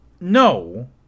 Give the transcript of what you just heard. no